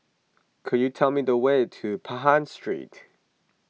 could you tell me the way to Pahang Street